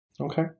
Okay